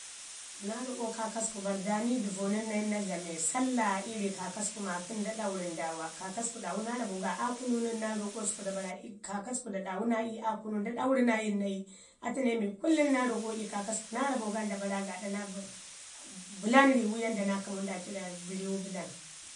Naa raƙo kaakasku barda ni duvu nən nayi naa dlame salla ii ri kaakasku maaku nda ɗaurin ndaawa, kaakasku ɗaawu naa rabo ga aa kunu nən naa roƙo səku da bara kaakasku da ɗaawu naa kunu nda ɗawu naayin naa yi, atu ne mii kullum naa roƙo ii kaakasku naa rabo gan da bara gaaɗa naa bu bəlam riiwu yanda naa kəmu nda yabo gan nda bara gaaɗa naa bi bəlan riiwu yanda naa kəmu nda kərari riwu bəlan